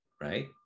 right